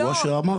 לא,